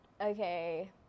Okay